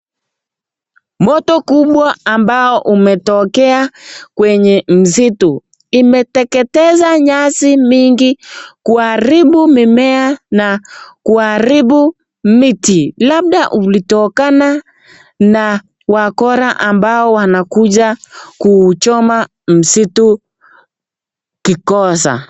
Moto kubwa ambao umetokea kwenye msitu. Imeteketeza nyasi mingi kuharibu mimea na kuharibu miti. Labda ulitokana na wakora ambao wanakuja kuchoma msitu kikosa.